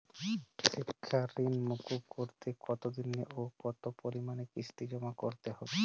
শিক্ষার ঋণ মুকুব করতে কতোদিনে ও কতো পরিমাণে কিস্তি জমা করতে হবে?